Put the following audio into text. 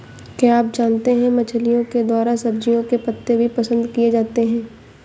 क्या आप जानते है मछलिओं के द्वारा सब्जियों के पत्ते भी पसंद किए जाते है